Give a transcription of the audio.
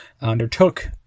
undertook